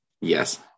Yes